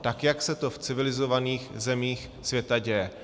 Tak, jak se to v civilizovaných zemích světa děje.